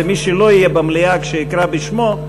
ומי שלא יהיה במליאה כשאקרא בשמו,